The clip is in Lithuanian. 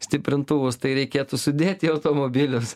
stiprintuvus tai reikėtų sudėti į automobilius